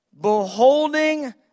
Beholding